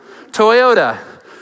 Toyota